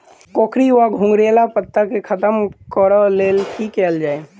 कोकरी वा घुंघरैल पत्ता केँ खत्म कऽर लेल की कैल जाय?